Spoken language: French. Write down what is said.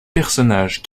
personnages